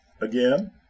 Again